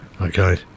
Okay